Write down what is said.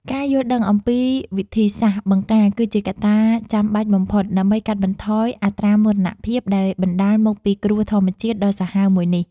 ការយល់ដឹងអំពីវិធីសាស្ត្របង្ការគឺជាកត្តាចាំបាច់បំផុត ដើម្បីកាត់បន្ថយអត្រាមរណភាពដែលបណ្តាលមកពីគ្រោះធម្មជាតិដ៏សាហាវមួយនេះ។